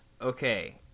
Okay